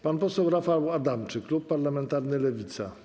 Pan poseł Rafał Adamczyk, klub parlamentarny Lewica.